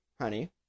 honey